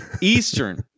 Eastern